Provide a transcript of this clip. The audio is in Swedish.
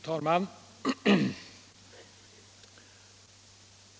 Herr talman!